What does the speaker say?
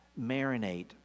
marinate